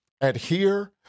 adhere